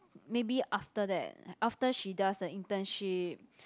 maybe after that after she does the internship